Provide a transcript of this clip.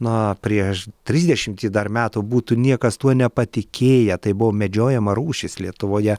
na prieš trisdešimtį dar metų būtų niekas tuo nepatikėję tai buvo medžiojama rūšis lietuvoje